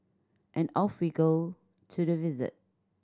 and off we go to the visit